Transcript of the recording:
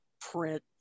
print